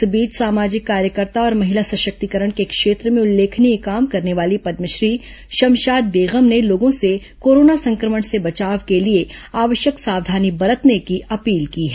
इस बीच सामाजिक कार्यकर्ता और महिला सशक्तिकरण के क्षेत्र में उल्लेखनीय काम करने वाले पदमश्री शमशाद बेगम ने लोगों से कोरोना संक्रमण से बचाव के लिए आवश्यक सावधानी बरतने की अपील की है